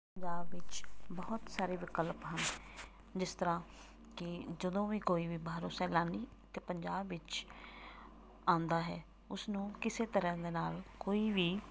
ਪੰਜਾਬ ਵਿੱਚ ਬਹੁਤ ਸਾਰੇ ਵਿਕਲਪ ਹਨ ਜਿਸ ਤਰ੍ਹਾਂ ਕਿ ਜਦੋਂ ਵੀ ਕੋਈ ਵੀ ਬਾਹਰੋਂ ਸੈਲਾਨੀ ਇੱਥੇ ਪੰਜਾਬ ਵਿੱਚ ਆਉਂਦਾ ਹੈ ਉਸਨੂੰ ਕਿਸੇ ਤਰ੍ਹਾਂ ਦੇ ਨਾਲ ਕੋਈ ਵੀ